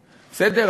בסדר?